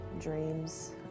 dreams